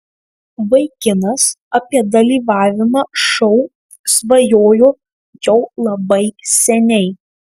vaikinas apie dalyvavimą šou svajojo jau labai seniai